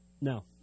No